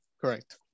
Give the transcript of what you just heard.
Correct